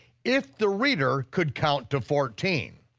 if the reader could count to fourteen.